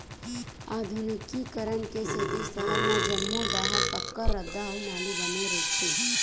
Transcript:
आधुनिकीकरन के सेती सहर म जम्मो डाहर पक्का रद्दा अउ नाली बने रहिथे